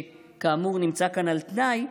שכאמור נמצא כאן על תנאי,